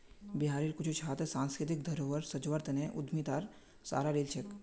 बिहारेर कुछु छात्र सांस्कृतिक धरोहर संजव्वार तने उद्यमितार सहारा लिल छेक